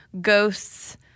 ghosts